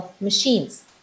machines